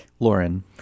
Lauren